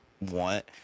want